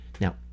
Now